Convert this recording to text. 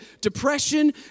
depression